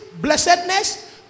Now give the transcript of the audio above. blessedness